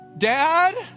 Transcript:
Dad